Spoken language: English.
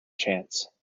chance